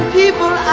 people